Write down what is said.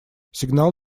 сигнал